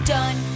Done